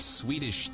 Swedish